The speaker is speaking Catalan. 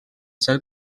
ser